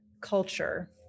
culture